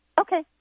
Okay